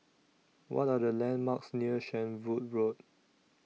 What Are The landmarks near Shenvood Road